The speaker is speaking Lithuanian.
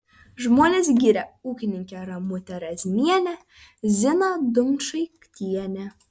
žmonės giria ūkininkę ramutę razmienę ziną dumčaitienę